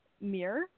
mirror